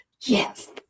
Yes